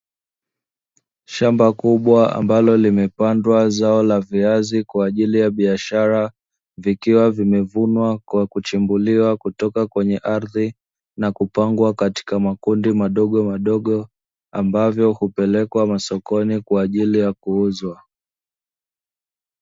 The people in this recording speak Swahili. Shamba kubwa ambalo limepandwa zao la viazi kwa ajili ya biashara, vikiwa vimevunwa na kupangwa katika makundi madogomadogo ambapo hupelekwa sokoni kwa ajili ya kuuzwa.